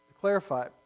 clarify